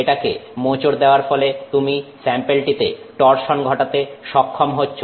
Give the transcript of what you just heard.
এটাকে মোচড় দেওয়ার ফলে তুমি স্যাম্পেলটিতে টরসন ঘটাতে সক্ষম হচ্ছ